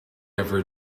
ever